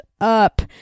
up